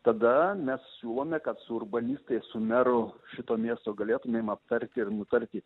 tada mes siūlome kad su urbanistais su meru šito miesto galėtumėm aptarti ir nutarti